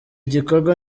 gikorwa